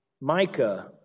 Micah